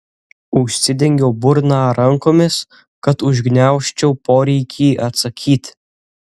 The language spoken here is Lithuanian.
užsidengiau burną rankomis kad užgniaužčiau poreikį atsakyti